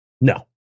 No